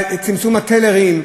צמצום מספר הטלרים,